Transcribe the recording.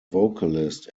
vocalist